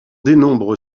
dénombre